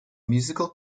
musical